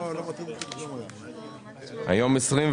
היום 24